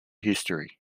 history